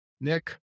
Nick